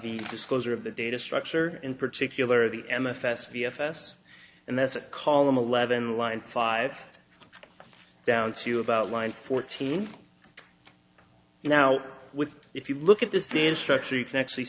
the disclosure of the data structure in particular the m f s v f s and that's a column eleven line five down to about line fourteen now with if you look at this data structure you can actually